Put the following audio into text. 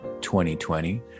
2020